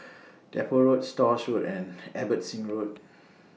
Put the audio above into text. Depot Road Stores Road and Abbotsingh Road